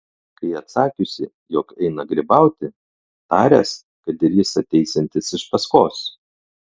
kai atsakiusi jog eina grybauti taręs kad ir jis ateisiantis iš paskos